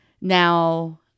now